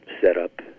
setup